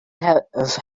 have